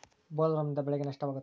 ಬೊಲ್ವರ್ಮ್ನಿಂದ ಬೆಳೆಗೆ ನಷ್ಟವಾಗುತ್ತ?